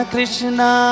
Krishna